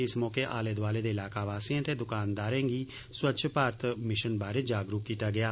इस मौके आले दुआले दे इलाका वासिएं ते दुकानदारें गी स्वच्छ भारत अभियान बारे जागरूक कीता गेआ